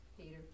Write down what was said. Peter